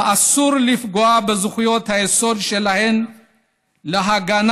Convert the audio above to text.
ואסור לפגוע בזכויות היסוד שלהן להגנה